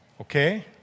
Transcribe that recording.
Okay